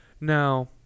Now